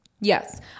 Yes